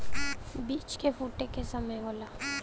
बीज के फूटे क समय होला